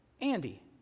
Andy